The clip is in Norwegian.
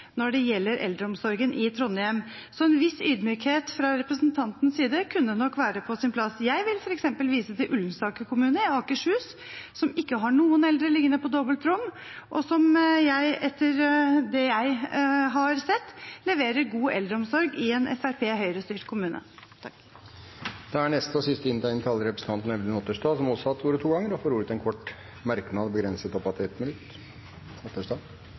når det gjelder eldreomsorgen i Trondheim, så en viss ydmykhet fra representantens side kunne være på sin plass. Jeg vil f.eks. vise til Ullensaker kommune i Akershus, som ikke har noen eldre liggende på dobbeltrom, og som, etter det jeg har sett, leverer god eldreomsorg i en Fremskrittsparti–Høyre-styrt kommune. Representanten Audun Otterstad har hatt ordet to ganger og får ordet til en kort merknad, begrenset oppad til 1 minutt.